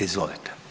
Izvolite.